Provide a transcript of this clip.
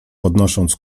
podnosząc